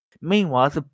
Meanwhile